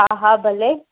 हा हा भले